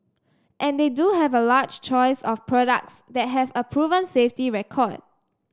and they do have a large choice of products that have a proven safety record